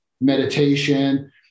meditation